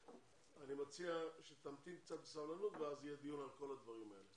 אני מציע שתמתין קצת בסבלנות כי יהיה דיון על כל הדברים האלה.